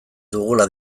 dugula